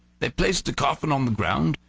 they placed the coffin on the ground,